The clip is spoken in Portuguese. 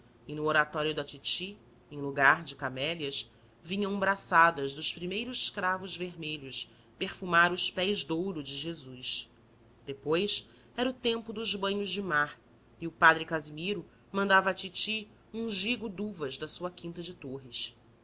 e no oratório da titi em lugar de camélias vinham braçadas dos primeiros cravos vermelhos perfumar os pés de ouro de jesus depois era o tempo dos banhos de mar e o padre casimiro mandava à titi um gigo de uvas da sua quinta de torres